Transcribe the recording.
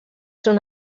són